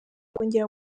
kongera